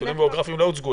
נתונים גיאוגרפיים לא הוצגו.